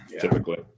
typically